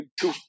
two